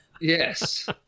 Yes